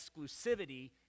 exclusivity